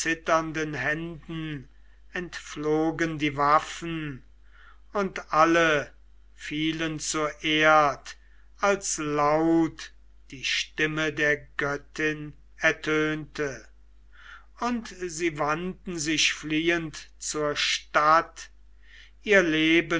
zitternden händen entflogen die waffen und alle fielen zur erd als laut die stimme der göttin ertönte und sie wandten sich fliehend zur stadt ihr leben